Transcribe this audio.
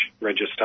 Register